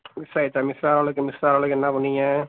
miss ஆயிடுச்சா miss ஆகிறளக்கு miss ஆகிறளவுக்கு என்னப் பண்ணீங்க